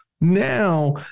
Now